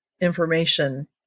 information